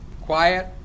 Quiet